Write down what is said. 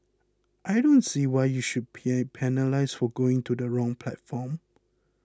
I don't see why you should be penalised for going to the wrong platform